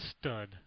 stud